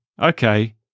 okay